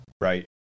right